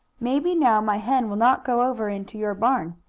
maybe now my hen will not go over into your barn,